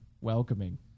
welcoming